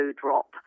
drop